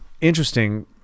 interesting